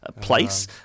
place